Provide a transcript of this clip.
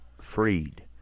freed